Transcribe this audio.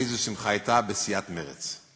איזו שמחה הייתה בסיעת מרצ.